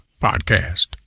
Podcast